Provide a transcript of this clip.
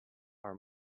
our